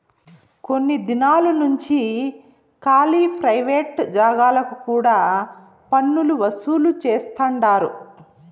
కొన్ని దినాలు నుంచి కాలీ ప్రైవేట్ జాగాలకు కూడా పన్నులు వసూలు చేస్తండారు